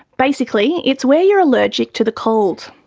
basically it's where you are allergic to the cold.